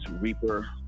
Reaper